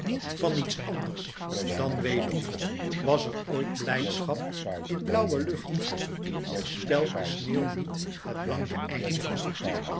van iets anders dan weedom was er ooit blijdschap in blauwe lucht spelt de sneeuw niet het blanke einde